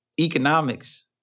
economics